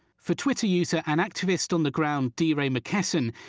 for twitter user and activist on the ground deray mckesson,